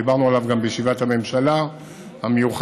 דיברנו עליו גם בישיבת הממשלה המיוחדת,